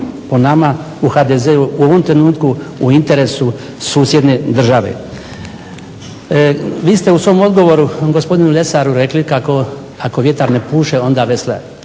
po nama u HDZ-u u ovom trenutku u interesu susjedne države. Vi ste u svom odgovoru gospodinu Lesaru rekli kako "Ako vjetar ne puše ona veslaj".